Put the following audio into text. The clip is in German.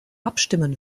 abstimmen